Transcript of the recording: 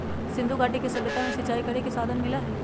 सिंधुघाटी के सभ्यता में सिंचाई करे के साधन मिललई ह